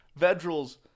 Vedral's